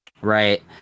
Right